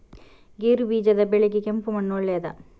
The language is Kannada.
ಗೇರುಬೀಜದ ಬೆಳೆಗೆ ಕೆಂಪು ಮಣ್ಣು ಒಳ್ಳೆಯದಾ?